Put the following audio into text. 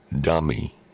dummy